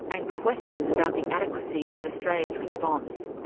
and questions about the adequacy of australia's response.